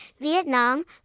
Vietnam